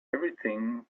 everything